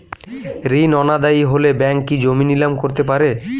ঋণ অনাদায়ি হলে ব্যাঙ্ক কি জমি নিলাম করতে পারে?